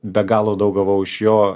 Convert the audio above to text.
be galo daug gavau iš jo